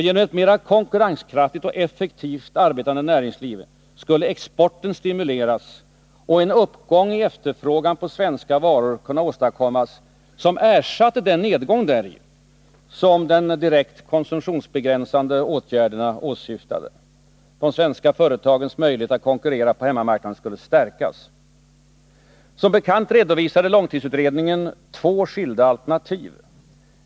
Genom ett mera konkurrenskraftigt och effektivt arbetande näringsliv skulle exporten stimuleras och en uppgångi efterfrågan på svenska varor kunna åstadkommas, som ersatte den nedgång däri som de direkt konsumtionsbegränsande åtgärderna åsyftade. De svenska företagens möjligheter att konkurrera på hemmamarknaden skulle stärkas. Som bekant redovisade långtidsutredningen två skilda alternativ.